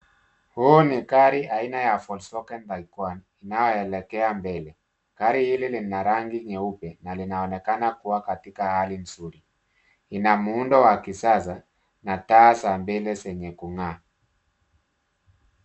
Huu ni gari aina ya volkswagen make one inayoelekea mbele. Gari hili lina rangi nyeupe na linaonekana kuwa katika hali nzuri. Ina muundo wa kisasa na taa za mbele zenye kung'aa.